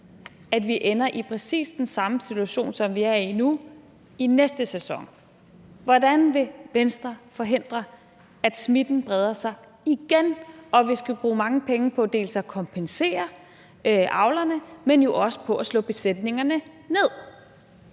at vi ender i præcis den samme situation, som vi er i nu, i næste sæson? Hvordan vil Venstre forhindre, at smitten breder sig igen, og at vi skal bruge mange penge dels på at kompensere avlerne og dels på at slå besætningerne ned?